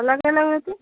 الگے لگ ہوتی